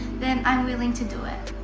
then i'm willing to do it.